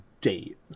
date